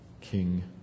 King